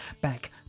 back